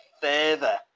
further